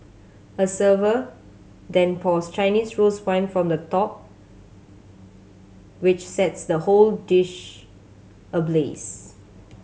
a server then pours Chinese rose wine from the top which sets the whole dish ablaze